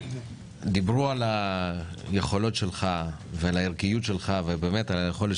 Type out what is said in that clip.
דיברו על היכולות שלך ועל הערכיות שלך ועל היכולת